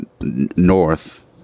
north